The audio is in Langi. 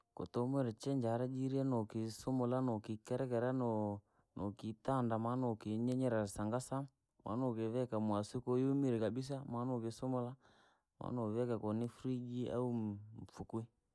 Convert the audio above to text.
Koota humwiree chinjaa arajire, nokisumura, nokikerkera, no- nokitanda maana nokunyenyera sangasa, maa nokivikaa mwaswii kooyumiree kabisaa maa nokisumla, maa nokivekaa kunifrijii au mfukwii.